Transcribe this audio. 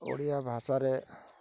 ଓଡ଼ିଆ ଭାଷାରେ